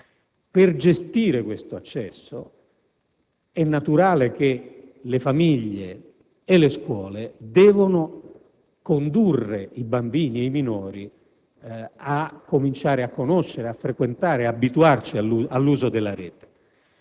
Per gestire tale accesso è naturale che le famiglie e le scuole debbano condurre i bambini e i minori a conoscere, a frequentare e ad abituarsi all'uso della Rete.